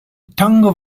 tongue